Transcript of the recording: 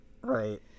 Right